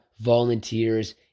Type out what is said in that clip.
volunteers